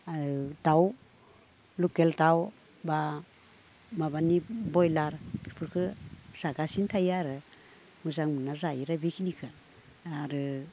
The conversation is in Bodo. आरो दाउ लकेल दाउ बा माबानि ब्रइलार इफोरखो जागासिनो थायो आरो मोजां मोनना जायो आरो बेखिनिखो आरो